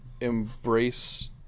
embrace